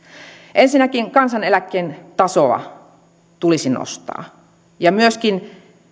ensinnäkin kansaneläkkeen tasoa tulisi nostaa ja myöskin